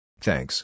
Thanks